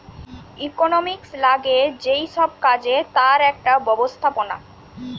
economics লাগে যেই সব কাজে তার একটা ব্যবস্থাপনা